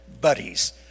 buddies